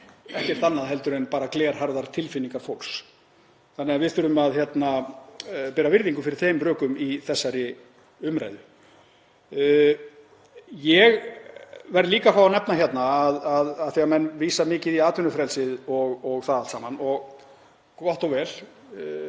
ekkert annað en bara glerharðar tilfinningar fólks þannig að við þurfum að bera virðingu fyrir þeim rökum í þessari umræðu. Ég verð líka að fá að nefna af því að menn vísa mikið í atvinnufrelsið og það allt saman, og gott og vel,